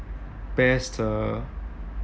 best uh